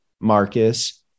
marcus